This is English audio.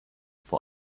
for